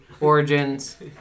origins